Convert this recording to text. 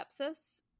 sepsis